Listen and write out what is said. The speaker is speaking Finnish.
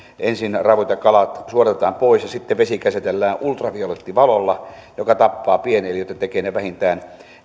ensin ravut ja kalat suodatetaan pois ja sitten vesi käsitellään ultraviolettivalolla joka tappaa pieneliöt tai tekee ne vähintään